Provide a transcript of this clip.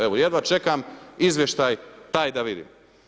Evo, jedva čekam izvještaj taj da vidim.